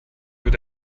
wird